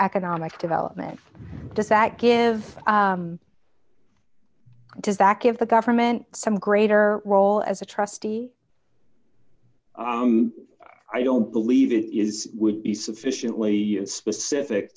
economic development does that give does that give the government some greater role as a trustee i don't believe it is will be sufficiently specific